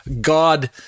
god